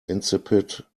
insipid